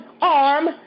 arm